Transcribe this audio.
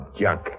junk